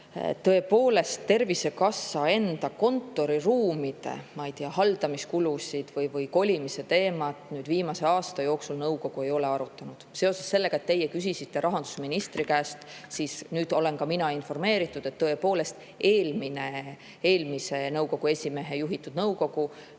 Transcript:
tõepoolest, Tervisekassa enda kontoriruumide, ma ei tea, haldamiskulusid või kolimise teemat nõukogu viimase aasta jooksul ei ole arutanud. Seoses sellega, et teie küsisite rahandusministri käest, olen nüüd ka mina informeeritud, et tõepoolest eelmise nõukogu esimehe juhitud nõukogu